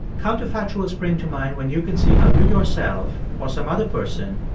counterfactuals spring to mind when you can see how you, yourself, or some other person,